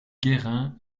guérin